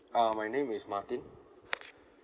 uh my name is martin